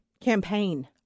campaign